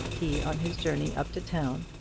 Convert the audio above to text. he on his journey up to town,